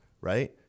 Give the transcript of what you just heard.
right